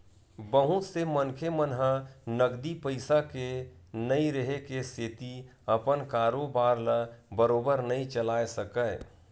बहुत से मनखे मन ह नगदी पइसा के नइ रेहे के सेती अपन कारोबार ल बरोबर नइ चलाय सकय